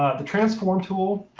the transform tool,